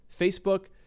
Facebook